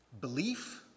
Belief